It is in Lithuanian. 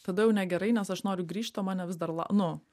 tada jau negerai nes aš noriu grįžt o mane vis dar la nu